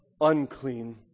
unclean